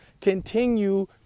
continue